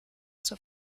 zur